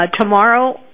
tomorrow